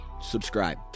subscribe